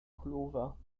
pullover